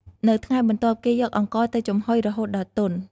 នៅថ្ងៃបន្ទាប់ គេយកអង្ករទៅចំហុយរហូតដល់ទន់។